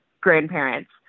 grandparents